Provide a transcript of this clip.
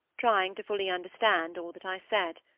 trying to fully understand all that i said.